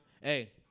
Hey